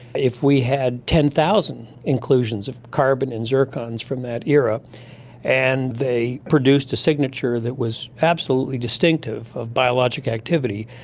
if we had ten thousand inclusions of carbon and zircons from that era and they produced a signature that was absolutely distinctive of biologic activity,